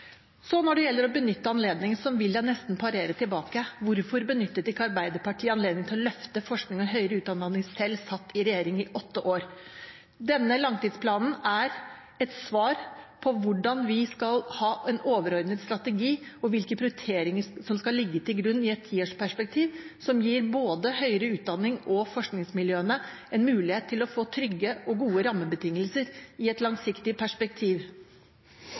så har de altså benyttet anledningen i høringen til å komme med forslag som kan være enda bedre. Når det gjelder å benytte anledningen, vil jeg nesten parere tilbake: Hvorfor benyttet ikke Arbeiderpartiet anledningen til å løfte forskning og høyere utdanning da de selv satt i regjering i åtte år? Denne langtidsplanen er et svar på hvordan vi skal ha en overordnet strategi, og hvilke prioriteringer som skal ligge til grunn i et tiårsperspektiv – som gir både høyere utdanning og forskningsmiljøene en mulighet til å